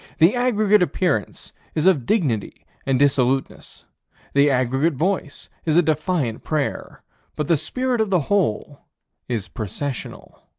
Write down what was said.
the aggregate appearance is of dignity and dissoluteness the aggregate voice is a defiant prayer but the spirit of the whole is processional.